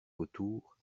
autour